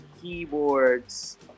keyboards